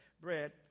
bread